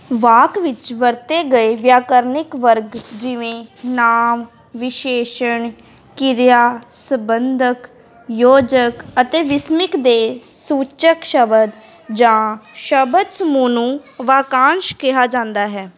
ਵਾਕ ਵਿੱਚ ਵਰਤੇ ਗਏ ਵਿਆਕਰਨਿਕ ਵਰਗ ਜਿਵੇਂ ਨਾਂਵ ਵਿਸ਼ੇਸ਼ਣ ਕਿਰਿਆ ਸੰਬੰਧਕ ਯੋਜਕ ਅਤੇ ਵਿਸਮਿਕ ਦੇ ਸੂਚਕ ਸ਼ਬਦ ਜਾਂ ਸ਼ਬਦ ਸਮੂਹ ਨੂੰ ਵਾਕੰਸ਼ ਕਿਹਾ ਜਾਂਦਾ ਹੈ